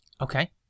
Okay